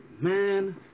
man